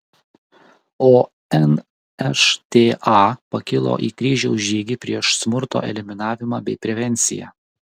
o nšta pakilo į kryžiaus žygį prieš smurto eliminavimą bei prevenciją